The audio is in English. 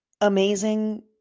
Amazing